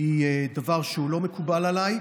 היא דבר שלא מקובל עליי,